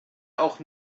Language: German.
auch